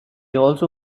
also